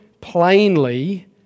plainly